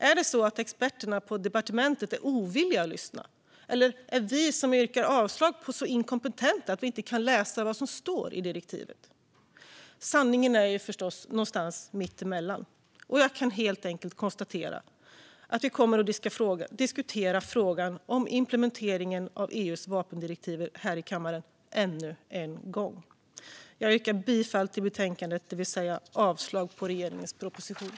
Är det så att experterna på departementet är ovilliga att lyssna? Eller är vi som yrkar avslag så inkompetenta att vi inte kan läsa vad som står i direktivet? Sanningen ligger förstås någonstans mitt emellan, och jag konstaterar att kammaren kommer att få diskutera frågan om implementeringen av EU:s vapendirektiv ännu en gång. Jag yrkar bifall till utskottets förslag och avslag på regeringens proposition.